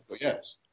yes